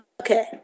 Okay